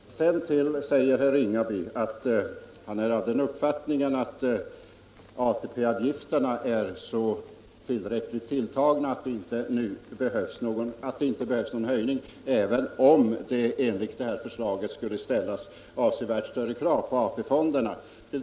Herr Ringaby har vidare den uppfattningen att ATP-avgifterna är så väl tilltagna att det inte behövs någon höjning av dessa, även om standardsäkringen skulle ställa avsevärt större krav på AP-fonderna.